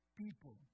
people